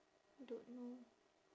don't know